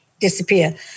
disappear